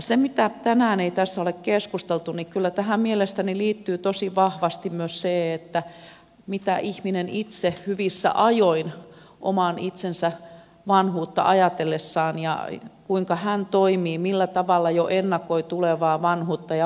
se mistä tänään ei tässä ole keskustelu on että kyllä tähän mielestäni liittyy tosi vahvasti myös se miten ihminen itse hyvissä ajoin oman itsensä vanhuutta ajatellessaan toimii millä tavalla jo ennakoi tulevaa vanhuutta ja varautuu siihen